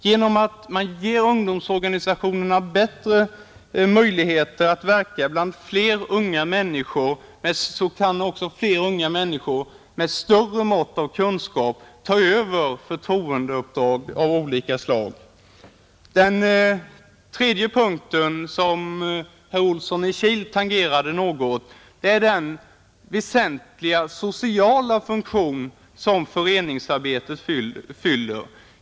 Genom att man ger ungdomsorganisationerna bättre möjligheter att verka bland fler unga människor, kan också fler unga människor med större mått av kunskap ta över förtroendeuppdrag av olika slag. Den tredje punkten, som herr Olsson i Kil tangerade något, gäller den väsentliga sociala funktion som föreningsarbetet fyller.